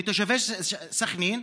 מתושבי סח'נין,